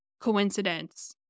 coincidence